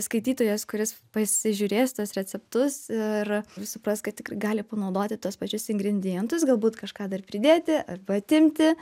skaitytojas kuris pasižiūrės tuos receptus ir ir supras kad tikr gali panaudoti tuos pačius ingredientus galbūt kažką dar pridėti arba atimti